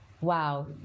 wow